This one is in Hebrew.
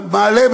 שמעלה,